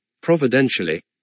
providentially